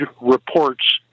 reports